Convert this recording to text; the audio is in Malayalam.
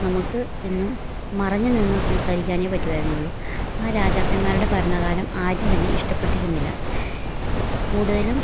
നമുക്ക് എന്നും മറഞ്ഞ് നിന്ന് സംസാരിക്കാനെ പറ്റുവായിരുന്നുള്ളു ആ രാജാക്കന്മാരുടെ ഭരണകാലം ആരും തന്നെ ഇഷ്ടപ്പെട്ടിരുന്നില്ല കൂടുതലും